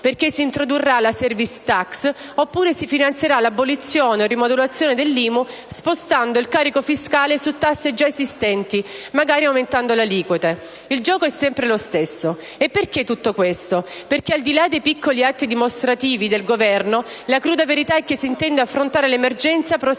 perché si introdurrà la *service tax*, oppure si finanzierà l'abolizione o la rimodulazione dell'IMU, spostando il carico fiscale su tasse già esistenti, magari aumentando le aliquote. Il gioco è sempre lo stesso. Perché tutto questo? Perché, al di là dei piccoli atti dimostrativi del Governo, la cruda verità è che si intende affrontare l'emergenza prospettando